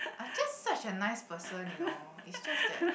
I just such a nice person you know it's just that